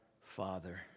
Father